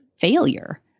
failure